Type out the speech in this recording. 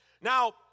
Now